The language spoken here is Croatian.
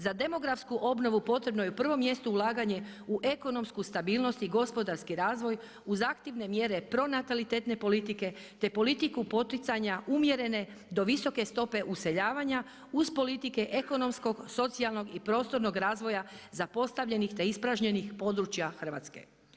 Za demografsku obnovu potrebno je u prvom mjestu ulaganje u ekonomsku stabilnost i gospodarski razvoj uz aktivne mjere pronatalitetne politike, te politiku poticanja umjerene, do visoke stope useljavanja uz politike ekonomskog, socijalnog i prostornog razvoja zapostavljenih, te ispražnjenih područja Hrvatske.